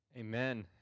Amen